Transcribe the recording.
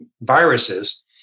viruses